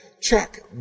check